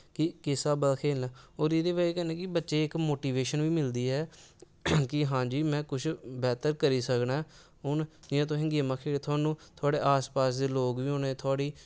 कि किस स्हाबा दा खेलना होर एह्दी बजह् कन्नै कि बच्चे गी इक मोटिवेशन बी मिलदी ऐ कि हां जी में कुछ बैह्तर करी सकना ऐं हून जि'यां तुस गेमां खेढदे तुआनूं तुआढ़े आस पास दे लोग बी होने तुआढ़ी